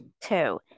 two